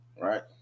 right